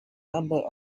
number